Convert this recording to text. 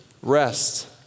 rest